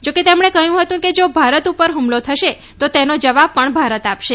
જાકે તેમણે કહ્યું હતું કે જા ભારત ઉપર હુમલો થશે તો તેનો જવાબ પણ ભારત આપશે